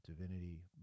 divinity